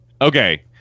Okay